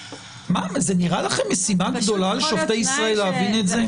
זה נראה לכם משימה גדולה לשופט ישראל להבין את זה?